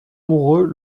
amoureux